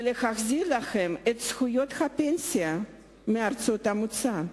ולהחזיר לכם את זכויות הפנסיה מארצות המוצא.